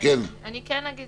כן אגיד